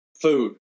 food